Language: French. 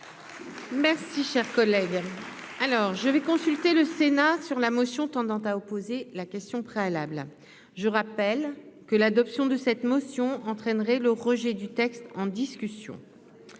Merci, cher collègue, alors je vais consulter le Sénat. Sur la motion tendant à opposer la question préalable, je rappelle que l'adoption de cette motion entraînerait le rejet du texte en discussion